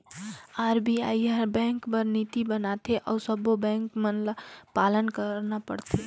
RBI हर bank बर नीति बनाथे अउ सब्बों बेंक मन ल पालन करना परथे